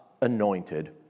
anointed